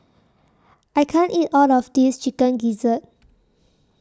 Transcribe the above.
I can't eat All of This Chicken Gizzard